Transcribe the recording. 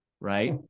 right